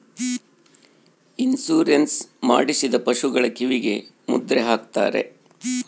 insurance ಮಾಡಿಸಿದ ಪಶುಗಳ ಕಿವಿಗೆ ಮುದ್ರೆ ಹಾಕ್ತಾರೆ